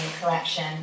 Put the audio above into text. Collection